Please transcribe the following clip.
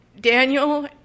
Daniel